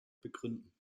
begründen